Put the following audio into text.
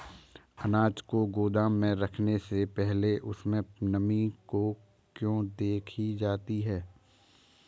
अनाज को गोदाम में रखने से पहले उसमें नमी को क्यो देखी जाती है?